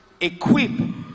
equip